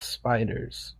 spiders